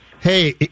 hey